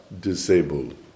disabled